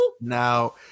Now